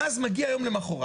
ואז מגיע יום למחרת.